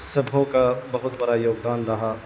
سب کا بہت بڑا یوگدان رہا